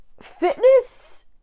fitness